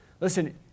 Listen